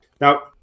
Now